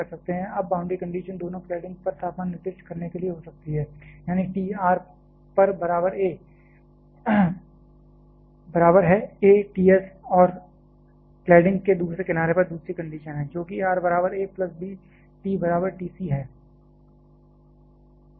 अब boundary condition दोनों cladding पर तापमान निर्दिष्ट करने के लिए हो सकती है यानी T r पर बराबर है a T s है और क्लैडिंग के दूसरे किनारे पर दूसरी कंडीशन है जो कि r बराबर a प्लस b T बराबर T c है